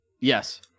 yes